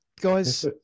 Guys